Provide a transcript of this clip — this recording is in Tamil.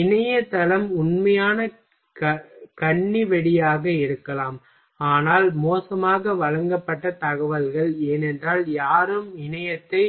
இணைய தளம் உண்மையான கண்ணிவெடியாக இருக்கலாம் ஆனால் மோசமாக வழங்கப்பட்ட தகவல்கள் ஏனென்றால் யாரும் இணையத்தை